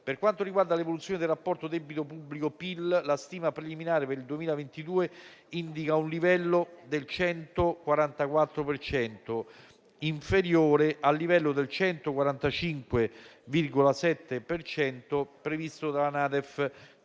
Per quanto riguarda l'evoluzione del rapporto debito pubblico-PIL, la stima preliminare per il 2022 indica un livello del 144 per cento, inferiore al livello del 145,7 per cento previsto dalla NADEF 2022